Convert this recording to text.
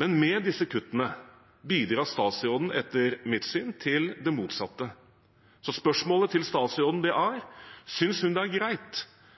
Men med disse kuttene bidrar statsråden etter mitt syn til det motsatte. Så spørsmålet til statsråden er: Synes hun det er greit